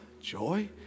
joy